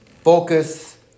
focus